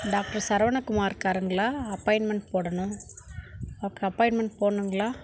doctor Saravana Kumar இருக்காருங்களா appointment போடணும் அவருக்கு அப்பாயின்மெண்ட் போடணுங்களா